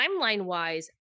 timeline-wise